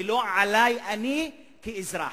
ולא עלי, אני כאזרח.